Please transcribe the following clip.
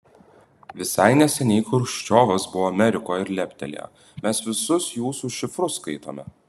visai neseniai chruščiovas buvo amerikoje ir leptelėjo mes visus jūsų šifrus skaitome